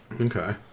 Okay